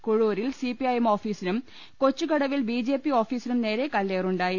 കുഴൂരിൽ CPIM ഓഫീസിനും കൊച്ചുകടവിൽ BJP ഓഫീസിനും നേരെ കല്ലേറുണ്ടായി